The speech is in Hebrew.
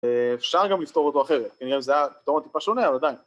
אפשר גם לפתור אותו אחרת, כנראה זה היה פתרון טיפה שונה, אבל עדיין.